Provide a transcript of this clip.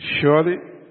Surely